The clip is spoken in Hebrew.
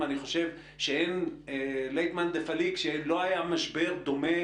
ואני חושב שלית מאן דפליג שלא היה משבר דומה